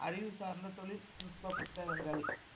அறிவு சார்ந்த தொழில்நுட்பப் புத்தகங்கள்